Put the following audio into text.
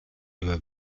über